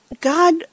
God